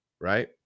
Right